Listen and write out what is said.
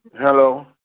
Hello